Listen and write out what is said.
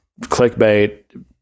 clickbait